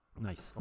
Nice